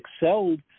excelled